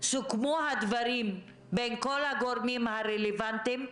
סוכמו הדברים בין כל הגורמים הרלוונטיים.